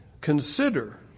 consider